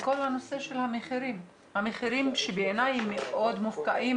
וכל הנושא של המחירים שבעיניי הם מאוד מופקעים,